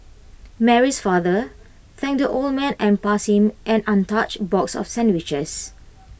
Mary's father thanked the old man and passed him an untouched box of sandwiches